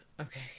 okay